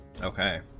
Okay